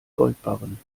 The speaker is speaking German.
goldbarren